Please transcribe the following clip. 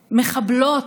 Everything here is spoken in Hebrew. אונו,